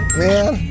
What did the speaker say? man